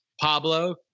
Pablo